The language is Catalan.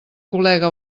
col·lega